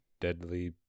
deadly